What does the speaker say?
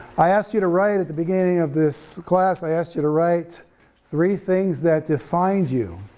i asked you to write at the beginning of this class, i asked you to write three things that defined you,